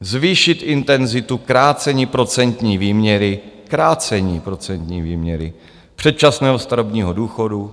zvýšit intenzitu krácení procentní výměry krácení procentní výměry předčasného starobního důchodu;